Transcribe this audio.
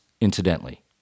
incidentally